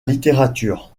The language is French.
littérature